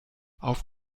auf